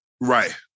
Right